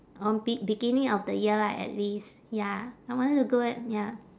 on be~ beginning of the year lah at least ya I want to go and ya